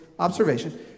Observation